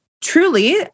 truly